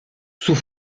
sous